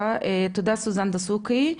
תודה, סוזן דסוקי,